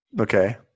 Okay